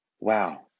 Wow